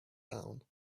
down